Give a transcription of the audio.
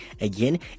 again